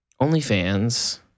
OnlyFans